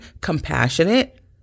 compassionate